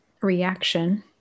reaction